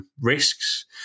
risks